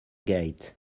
gate